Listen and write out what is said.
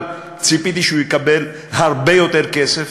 אבל ציפיתי שהוא יקבל הרבה יותר כסף,